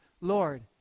Lord